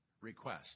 request